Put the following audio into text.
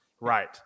Right